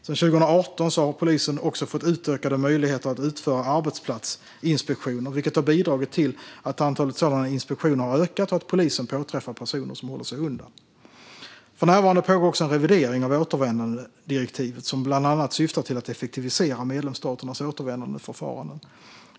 Sedan 2018 har också polisen fått utökade möjligheter att utföra arbetsplatsinspektioner, vilket har bidragit till att antalet sådana inspektioner har ökat och att polisen påträffar personer som håller sig undan. För närvarande pågår också en revidering av återvändandedirektivet som bland annat syftar till att effektivisera medlemsstaternas återvändandeförfaranden.